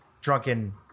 drunken